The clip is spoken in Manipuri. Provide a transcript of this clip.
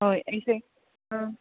ꯍꯣꯏ ꯑꯩꯁꯦ ꯑꯥ